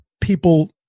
people